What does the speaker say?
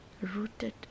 rooted